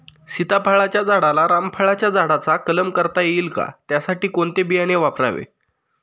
सीताफळाच्या झाडाला रामफळाच्या झाडाचा कलम करता येईल का, त्यासाठी कोणते बियाणे वापरावे?